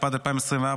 התשפ"ד 2024,